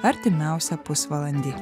artimiausią pusvalandį